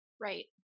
Right